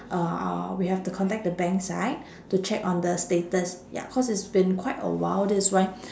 uh ah we will have to contact the bank side to check on the status ya cause it's been quite a while this is why